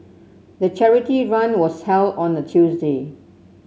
the charity run was held on a Tuesday